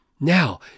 Now